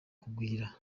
kugwira